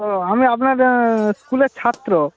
ও আমি আপনার স্কুলের ছাত্র